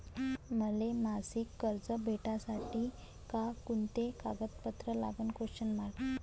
मले मासिक कर्ज भेटासाठी का कुंते कागदपत्र लागन?